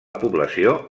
població